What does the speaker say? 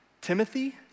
Timothy